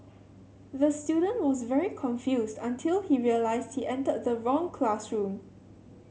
the student was very confused until he realised he entered the wrong classroom